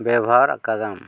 ᱵᱮᱵᱚᱦᱟᱨ ᱟᱠᱟᱫᱟᱢ